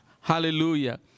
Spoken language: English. Hallelujah